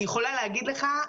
אני יכולה להגיד לך,